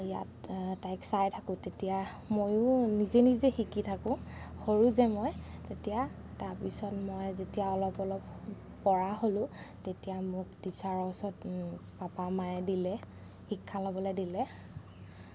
ইয়াত তাইক চাই থাকোঁ তেতিয়া ময়ো নিজে নিজে শিকি থাকোঁ সৰু যে মই তেতিয়া তাৰপিছত মই যেতিয়া অলপ অলপ পৰা হ'লোঁ তেতিয়া মোক টিচাৰৰ ওচৰত পাপা মায়ে দিলে শিক্ষা ল'বলৈ দিলে